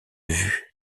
vues